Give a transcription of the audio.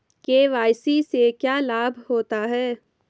KYC से क्या लाभ होता है?